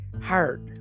heart